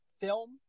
film